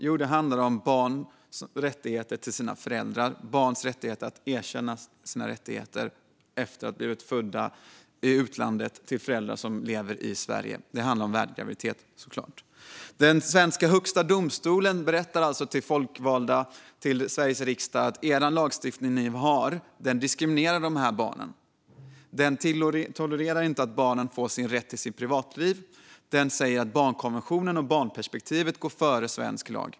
Jo, det handlade om barns rättigheter till sina föräldrar - barns rätt att få sina rättigheter erkända när de fötts i utlandet till föräldrar som lever i Sverige. Det handlar alltså om värdgraviditet. Högsta domstolen i Sverige säger alltså till de folkvalda i Sveriges riksdag att den lag som de har stiftat diskriminerar dessa barn. Den tolererar inte att barnen får rätt till sitt privatliv. Den säger att barnkonventionen och barnperspektivet går före svensk lag.